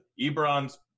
Ebron's